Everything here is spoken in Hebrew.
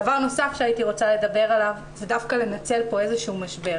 דבר נוסף שהייתי רוצה לדבר עליו ודווקא לנצל פה איזה שהוא משבר.